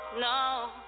No